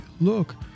Look